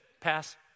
Pass